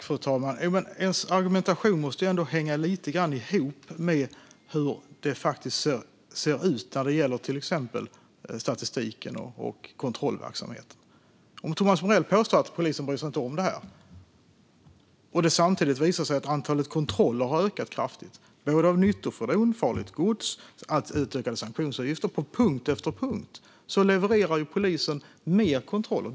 Fru talman! Argumentationen måste ändå hänga lite grann ihop med hur det faktiskt ser ut när det gäller till exempel statistiken och kontrollverksamheten. Thomas Morell påstår att polisen inte bryr sig om det här. Samtidigt visar det sig att antalet kontroller har ökat kraftigt både av nyttofordon och av farligt gods. Antalet utfärdade sanktionsavgifter ökar. På punkt efter punkt levererar polisen mer kontroller.